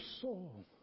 soul